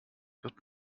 wird